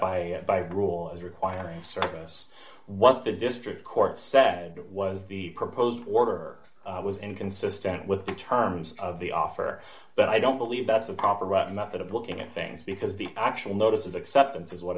by by rules requiring service what the district court said was the proposed order was inconsistent with the terms of the offer but i don't believe that's a proper method of looking at things because the actual notice of acceptance is what